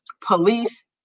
police